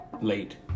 late